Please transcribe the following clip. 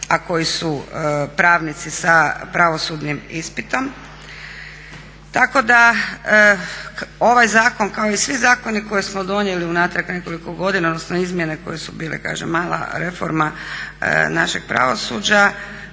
a koji su pravnici sa pravosudnim ispitom. Tako da ovaj zakon kao i svi zakoni koje smo donijeli unatrag nekoliko godina, odnosno izmjene koje su bile kažem mala reforma našeg pravosuđa